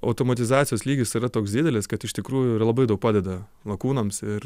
automatizacijos lygis yra toks didelis kad iš tikrųjų ir labai daug padeda lakūnams ir